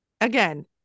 again